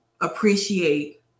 appreciate